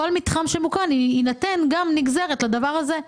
שמוקם בפריפריה תינתן גם נגזרת לדבר הזה,